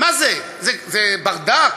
מה זה, זה ברדק?